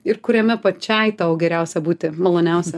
ir kuriame pačiai tau geriausia būti maloniausia